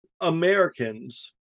Americans